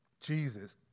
Jesus